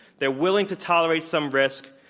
they're willing to tolerate some risk.